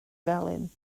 felyn